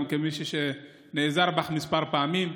גם כמי שנעזר בך כמה פעמים.